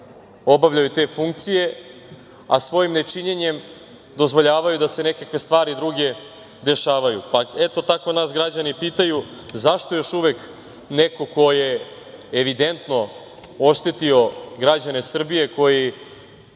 obavljaju te funkcije, a svojim nečinjenjem dozvoljavaju da se neke stvari druge dešavaju. Eto, tako nas građani pitaju, zašto još uvek neko ko je evidentno oštetio građane Srbije kojih